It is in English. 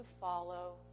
follow